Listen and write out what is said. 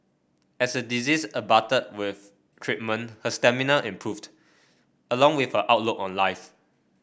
as a disease abated with treatment her stamina improved along with her outlook on life